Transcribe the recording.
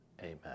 Amen